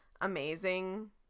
amazing